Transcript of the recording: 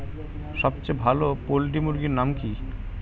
সবথেকে ভালো পোল্ট্রি মুরগির নাম কি?